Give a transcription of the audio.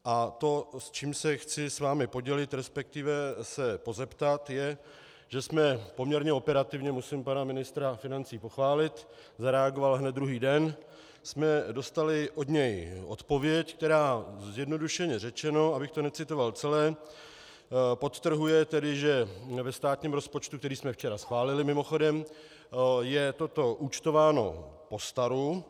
A to, s čím se chci s vámi podělit, resp. se pozeptat, je, že jsme poměrně operativně musím pana ministra financí pochválit, zareagoval hned druhý den dostali od něj odpověď, která, zjednodušeně řečeno, abych to necitoval celé, podtrhuje, že ve státním rozpočtu, který jsme včera schválili, mimochodem, je toto účtováno postaru.